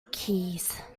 keys